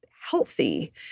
healthy